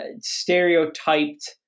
stereotyped